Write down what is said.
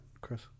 Chris